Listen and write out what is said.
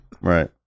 right